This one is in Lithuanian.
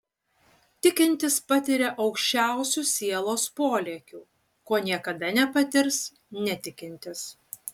tikintis patiria aukščiausių sielos polėkių ko niekada nepatirs netikintis